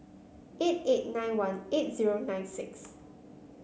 eight eight nine one eight zero nine six